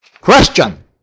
Question